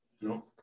no